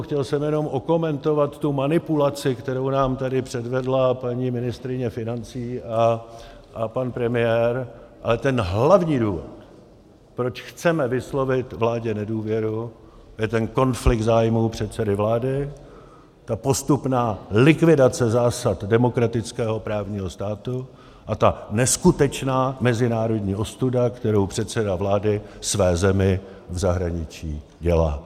Chtěl jsem jenom okomentovat tu manipulaci, kterou nám tady předvedla paní ministryně financí a pan premiér, ale ten hlavní důvod, proč chceme vyslovit vládě nedůvěru, je ten konflikt zájmů předsedy vlády, ta postupná likvidace zásad demokratického právního státu a ta neskutečná mezinárodní ostuda, kterou předseda vlády své zemi v zahraničí dělá.